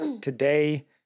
today